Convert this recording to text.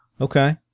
Okay